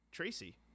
Tracy